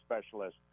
specialist